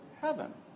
heaven